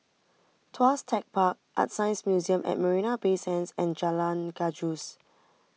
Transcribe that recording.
Tuas Tech Park ArtScience Museum at Marina Bay Sands and Jalan Gajus